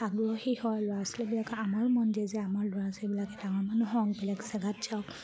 আগ্ৰহী হয় ল'ৰা ছোৱালীবিলাকে আমাৰো মন যায় যে আমাৰ ল'ৰা ছোৱালীবিলাকে ডাঙৰ মানুহ হওঁক বেলেগ জেগাত যাওক